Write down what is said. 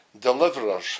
deliverers